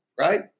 right